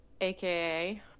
aka